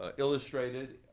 ah illustrated.